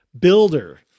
builder